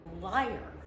Liar